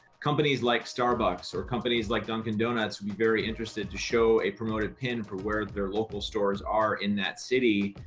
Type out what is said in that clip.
companies like starbucks or companies like dunkin donuts would be very interested to show a promoted pin for where their local stores are in that city.